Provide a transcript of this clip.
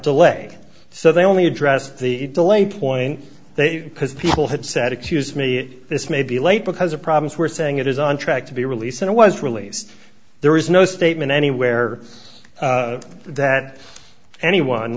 delay so they only address the delay point they because people had said excuse me this may be late because of problems we're saying it is on track to be released and it was released there is no statement anywhere that anyone